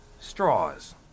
Straws